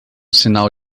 sinal